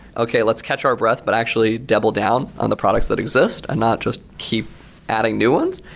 okay, let's catch our breath, but actually double down on the products that exists and not just keep adding new ones.